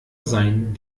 sein